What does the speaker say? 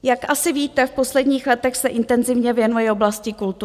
Jak asi víte, v posledních letech se intenzivně věnuji oblasti kultury.